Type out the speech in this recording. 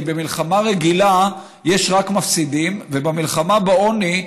כי במלחמה רגילה יש רק מפסידים ובמלחמה בעוני,